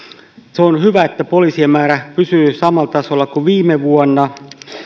se on hyvä että poliisien määrä pysyy samalla tasolla kuin viime vuonna